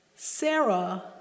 Sarah